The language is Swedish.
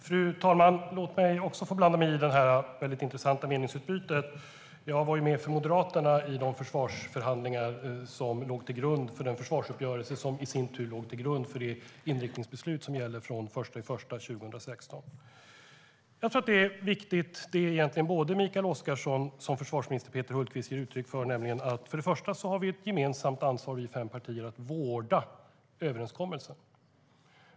Fru talman! Låt mig också få blanda mig i detta intressanta meningsutbyte. Jag var med för Moderaterna i de försvarsförhandlingar som låg till grund för försvarsuppgörelsen, som i sin tur låg till grund för det inriktningsbeslut som gäller från den 1 januari 2016. Det som Mikael Oscarsson och försvarsminister Peter Hultqvist ger uttryck för är viktigt. Vi fem partier har ett gemensamt ansvar att vårda överenskommelsen.